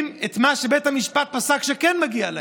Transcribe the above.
את מה שבית המשפט פסק שכן מגיע להם?